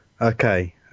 Okay